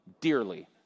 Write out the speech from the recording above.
dearly